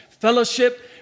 Fellowship